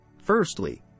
Firstly